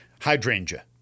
hydrangea